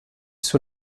sur